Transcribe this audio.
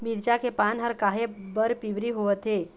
मिरचा के पान हर काहे बर पिवरी होवथे?